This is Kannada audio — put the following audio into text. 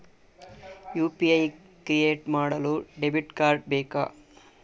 ಯು.ಪಿ.ಐ ಕ್ರಿಯೇಟ್ ಮಾಡಲು ಡೆಬಿಟ್ ಕಾರ್ಡ್ ಬೇಕಾ?